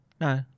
No